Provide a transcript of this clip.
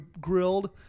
grilled